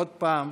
עוד פעם,